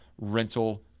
rental